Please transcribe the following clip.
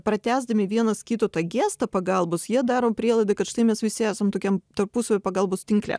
pratęsdami vienas kito tą gestą pagalbos jie daro prielaidą kad štai mes visi esam tokiam tarpusavio pagalbos tinkle